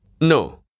No